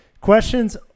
questions